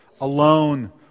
alone